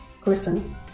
Griffin